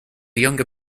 younger